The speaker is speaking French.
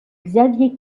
xavier